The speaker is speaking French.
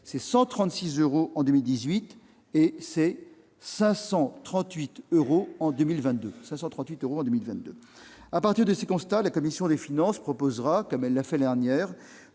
136 euros en 2018 et 538 euros en 2022 ! À partir de ces constats, la commission des finances proposera, comme elle l'a fait l'année dernière,